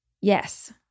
Yes